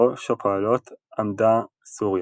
בראש הפועלות עמדה סוריה,